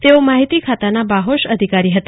તેઓ માહિતી ખાતાના બાહોશ અધિકારી હતા